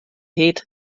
hit